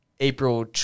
April